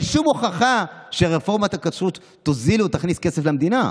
אין שום הוכחה שרפורמת הכשרות תוזיל או תכניס כסף למדינה.